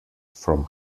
from